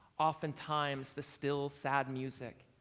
oftentimes the still sad music.